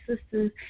sisters